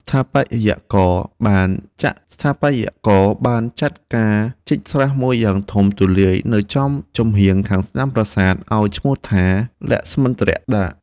ស្ថាបត្យករបានចាត់ការជីកស្រះមួយយ៉ាងធំទូលាយនៅចំហៀងខាងស្តាំប្រាសាទ ឲ្យឈ្មោះថា លក្ស្មិន្ទ្រដាក